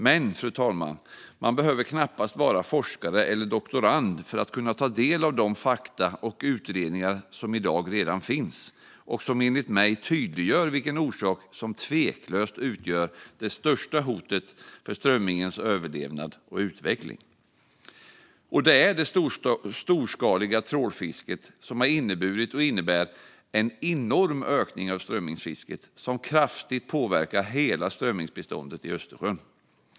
Men, fru talman, man behöver knappast vara forskare eller doktorand för att kunna ta del av de fakta och utredningar som i dag redan finns och som enligt mig tydliggör vilken orsak som tveklöst utgör det största hotet för strömmingens överlevnad och utveckling. Det storskaliga trålfisket har inneburit och innebär en enorm ökning av strömmingsfisket som kraftigt påverkar hela strömmingsbeståndet i Östersjön.